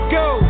go